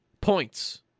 points